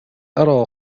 أرى